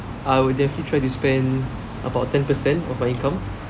I would definitely try to spend about ten per cent of my income